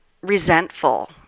resentful